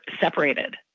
separated